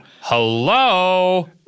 Hello